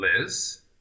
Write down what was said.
Liz